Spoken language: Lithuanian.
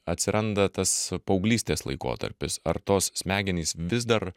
atsiranda tas paauglystės laikotarpis ar tos smegenys vis dar